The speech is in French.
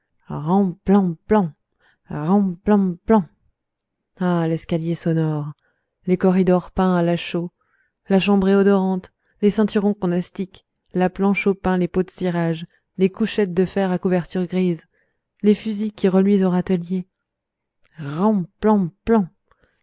plan ran plan plan oh l'escalier sonore les corridors peints à la chaux la chambrée odorante les ceinturons qu'on astique la planche au pain les pots de cirage les couchettes de fer à couverture grise les fusils qui reluisent au râtelier ran plan